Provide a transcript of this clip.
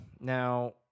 Now